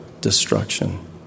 destruction